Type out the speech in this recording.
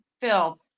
Phil